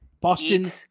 Boston